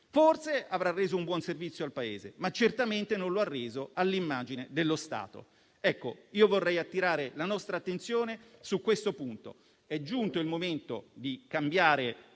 forse avrà reso un buon servizio al Paese, ma certamente non lo ha reso all'immagine dello Stato. Vorrei attirare la nostra attenzione su questo punto: è giunto il momento di cambiare